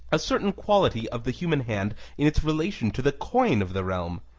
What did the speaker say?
a certain quality of the human hand in its relation to the coin of the realm.